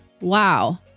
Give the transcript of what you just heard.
Wow